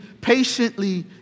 patiently